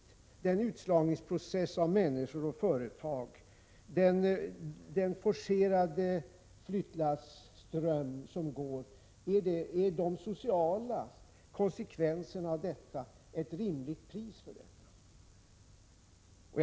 Är de sociala konsekvenserna av utslagningsprocessen av människor och företag, av den forcerade flyttlasströmmen ett rimligt pris? Det tycker jag att finansministern skulle vara angelägen att ge svar på.